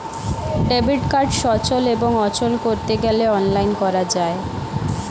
debit card সচল এবং অচল করতে গেলে অনলাইন করা যায়